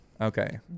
Okay